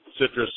Citrus